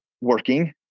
working